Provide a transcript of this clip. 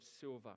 silver